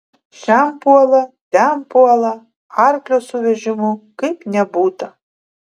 šen puola ten puola arklio su vežimu kaip nebūta